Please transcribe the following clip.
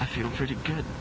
i feel pretty good